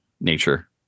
nature